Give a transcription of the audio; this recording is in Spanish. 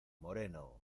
moreno